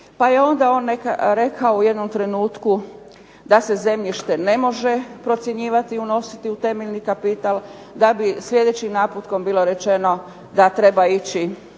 Pa je on rekao u jednom trenutku da se zemljište ne može procjenjivati i unositi u temeljni kapital, da bi sljedećim naputkom bilo rečeno da treba ići